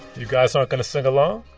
you guys aren't going to sing along?